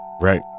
right